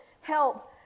help